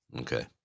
Okay